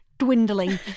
dwindling